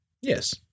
Yes